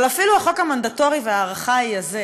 אבל אפילו החוק המנדטורי והארכאי הזה,